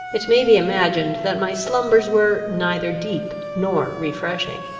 it may be imagined that my slumbers were neither deep nor refreshing.